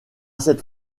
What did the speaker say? cette